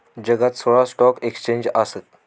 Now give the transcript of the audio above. जगात सोळा stock exchange आसत